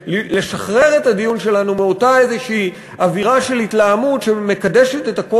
לשחרר את הדיון שלנו מאותה אווירה של התלהמות שמקדשת את כל